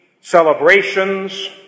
celebrations